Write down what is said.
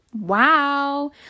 wow